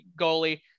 goalie